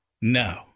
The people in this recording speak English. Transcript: No